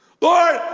Lord